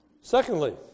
Secondly